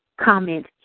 comment